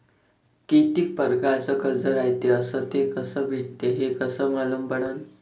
कितीक परकारचं कर्ज रायते अस ते कस भेटते, हे कस मालूम पडनं?